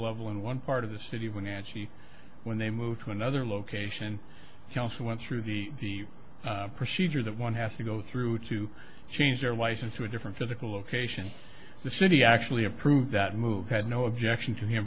level in one part of the city when actually when they moved to another location he also went through the procedure that one has to go through to change their license to a different physical location the city actually approved that move had no objection to him